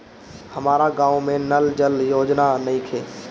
हमारा गाँव मे नल जल योजना नइखे?